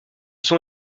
sont